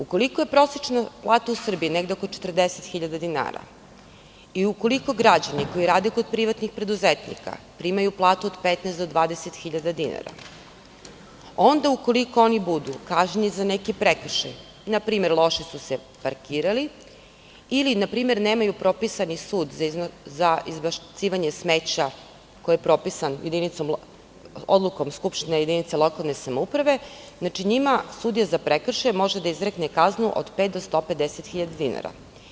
Ukoliko je prosečna plata u Srbiji negde oko 40.000 dinara i ukoliko građani koji rade kod privatnih preduzetnika primaju platu od 15.000 do 20.000 dinara, onda ukoliko oni budu kažnjeni za neki prekršaj, npr. loše su se parkirali ili nemaju propisani sud za izbacivanje smeća, koji je propisan odlukom skupštine jedinice lokalne samouprave, njima sudija za prekršaj može da izrekne kaznu od 5.000 do 150.000 dinara.